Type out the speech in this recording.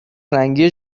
رنگی